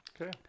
Okay